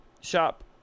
shop